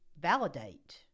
validate